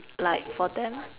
like for them